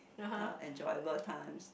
the enjoyable times